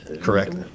Correct